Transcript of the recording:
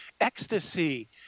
ecstasy